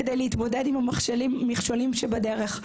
כדי להתמודד עם המכשולים שבדרך.